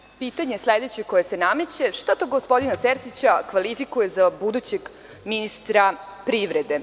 Sledeće pitanje koje se nameće – šta to gospodina Sertića kvalifikuje za budućeg ministra privrede?